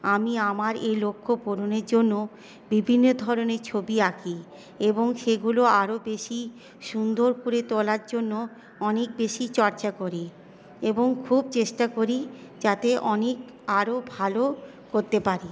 আমি আমার এ লক্ষ্য পূরণের জন্য বিভিন্ন ধরনের ছবি আঁকি এবং সেগুলো আরো বেশি সুন্দর করে তোলার জন্য অনেক বেশি চর্চা করি এবং খুব চেষ্টা করি যাতে অনেক আরো ভালো করতে পারি